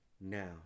now